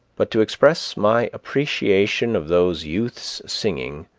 but to express my appreciation of those youths' singing,